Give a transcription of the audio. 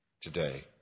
today